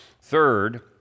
Third